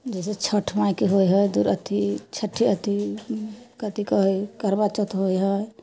जैसे छठि माइके हो हइ दूर्र अथी छठि अथी कथी कहै करबा चौथ होइ हइ